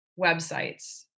websites